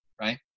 Right